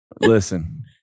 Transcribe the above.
Listen